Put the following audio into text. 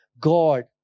God